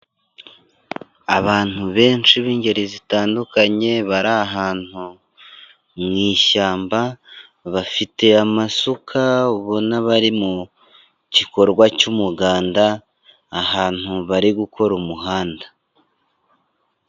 Abantu benshi b'ingeri zitandukanye bari ahantu mushyamba, bafite amasuka ubona bari mu gikorwa cy'umuganda, ahantu bari gukora umuhanda.